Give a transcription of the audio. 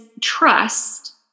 trust